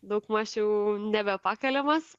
daugmaž jau nebepakeliamas